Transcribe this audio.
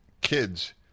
kids